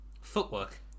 Footwork